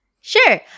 Sure